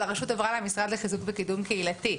הרשות עברה למשרד לחיזוק ולקידום קהילתי,